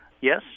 Yes